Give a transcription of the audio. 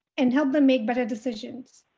and help them make better decisions,